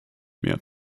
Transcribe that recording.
mehr